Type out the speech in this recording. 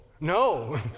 No